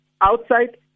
outside